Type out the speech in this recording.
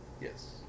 Yes